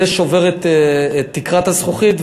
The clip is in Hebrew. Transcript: זה שובר את תקרת הזכוכית,